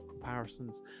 comparisons